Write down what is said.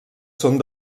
són